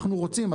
אנחנו רוצים,